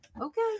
okay